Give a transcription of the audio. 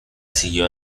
siguió